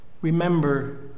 Remember